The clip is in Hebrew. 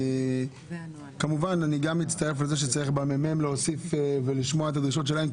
גם אני מצטרף כמובן לכך שצריך בממ"מ להוסיף ולשמוע את הדרישות שלהם.